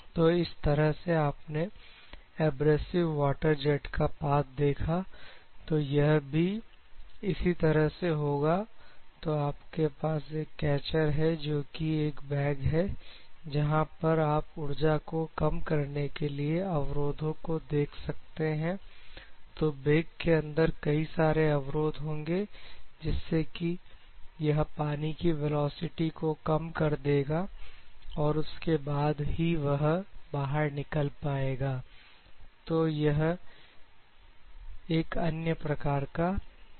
तो इस तरह से आपने एब्रेसिव वाटर जेट का पाथ देखा तो यह भी इसी तरह से होगा तो आपके पास एक कैचर है जो कि एक बैग है जहां पर आप ऊर्जा को कम करने के लिए अवरोधों को देख सकते हैं तो बैग के अंदर कई सारे अवरोध होंगे जिससे कि यह पानी की वेलोसिटी को कम कर देगा और उसके बाद ही वह बाहर निकल पाएगा तो यह एक अन्य प्रकार का कैचर है